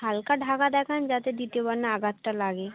হালকা ঢাকা দেখান যাতে দ্বিতীয়বার না আঘাতটা লাগে